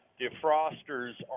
defrosters